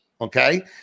Okay